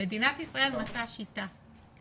מדינת ישראל מצאה שיטה.